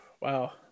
wow